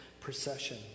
procession